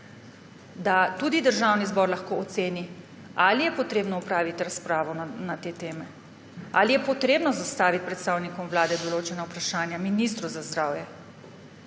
Da tudi Državni zbor lahko oceni, ali je potrebno opraviti razpravo na te teme, ali je potrebno zastaviti predstavnikom Vlade določena vprašanja, ministru za zdravje,